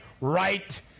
right